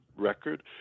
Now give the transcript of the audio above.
Record